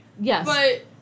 Yes